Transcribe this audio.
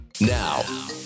Now